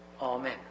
Amen